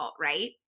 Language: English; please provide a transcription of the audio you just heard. right